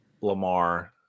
Lamar